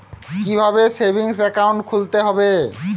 কীভাবে savings account খুলতে হবে?